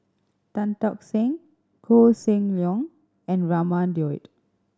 Tan Tock Seng Koh Seng Leong and Raman Daud